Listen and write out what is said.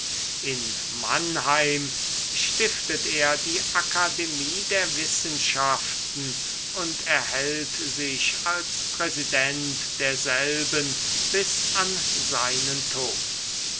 in mannheim stiftet er die akademie der wissenschaften und erhält sich als präsident derselben bis an seinen tod